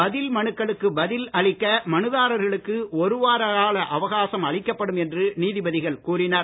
பதில் மனுக்களுக்கு பதில் அளிக்க மனுதாரர்களுக்கு ஒருவார அவகாசம் அளிக்கப்படும் என்று நீதிபதிகள் கூறினர்